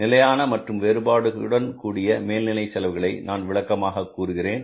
நிலையான மற்றும் வேறுபாட்டுடன் கூடிய மேல்நிலை செலவுகளை நான் விளக்கமாக கூறுகிறேன்